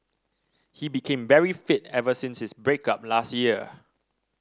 he became very fit ever since his break up last year